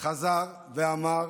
חזר ואמר